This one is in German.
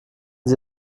sie